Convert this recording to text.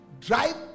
drive